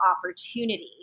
opportunity